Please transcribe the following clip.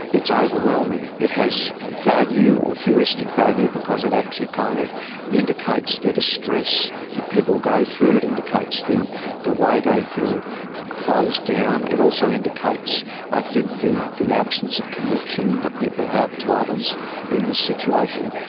it's overwhelming. it has value or heuristic value because it actually kind of indicates the distress that people go through, it indicates the the way they feel closed down. it also indicates i think the the absence of connection that people have to others in this situation,